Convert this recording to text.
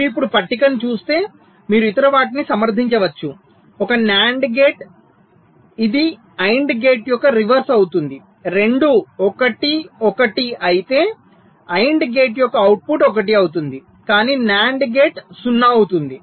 మీరు ఇప్పుడు పట్టికను చూస్తే మీరు ఇతర వాటిని సమర్థించవచ్చు ఒక NAND గేట్ ఇది AND గేట్ యొక్క రివర్స్ అవుతుంది రెండూ 1 1 అయితే AND గేట్ యొక్క అవుట్పుట్ 1 అవుతుంది కాని NAND గేట్ 0 అవుతుంది